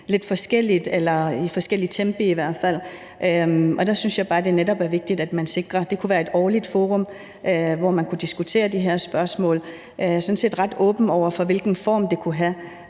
lidt forskelligt eller i forskellige tempi i hvert fald. Der synes jeg bare, at det netop er vigtigt, at man sikrer et årligt forum – kunne det være – hvor man kunne diskutere de her spørgsmål. Jeg er sådan set ret åben over for, hvilken form det kunne have.